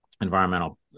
environmental